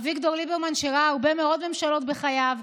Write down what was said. אביגדור ליברמן ראה הרבה מאוד ממשלות בחייו.